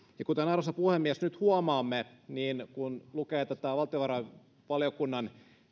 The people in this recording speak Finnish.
ja kuten arvoisa puhemies nyt huomaamme kun lukee tätä valtiovarainvaliokunnan